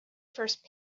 first